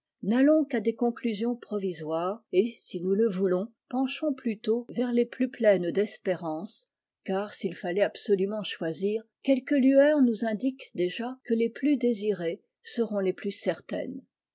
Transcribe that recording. n'allons qu'à des conclusions provisoires et si nous le voulons penchons plutôt vers les plus pleines d'espérance car s'il fallait absolument choisir quelques lueurs nous indiquent déjà que les plus désirées seront les plus certaines